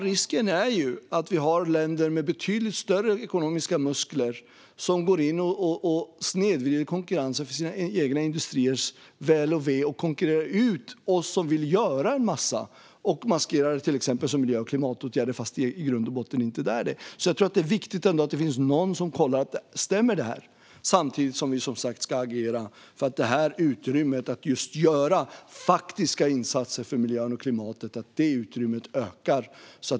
Risken är att länder med betydligt större ekonomiska muskler går in och snedvrider konkurrensen för sina egna industriers väl och ve, konkurrerar ut oss som vill göra en massa och maskerar det som till exempel miljö och klimatåtgärder, fast det i grund och botten inte är det. Jag tror att det är viktigt att det ändå finns någon som kollar att det stämmer. Samtidigt ska vi som sagt agera för att utrymmet att göra faktiska insatser för miljön och klimatet ska öka.